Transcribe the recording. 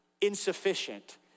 insufficient